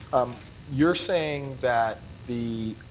um you're saying that the